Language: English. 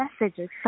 messages